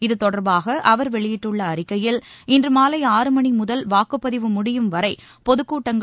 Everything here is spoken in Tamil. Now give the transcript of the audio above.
இது தொடர்பாக அவர் வெளியிட்டுள்ள அறிக்கையில் இன்று மாலை ஆறு மணி முதல் வாக்குப்பதிவு முடியும் வரை பொதுக்கூட்டங்கள்